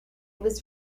was